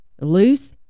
loose